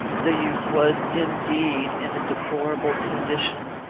the youth was, indeed, in a deplorable condition.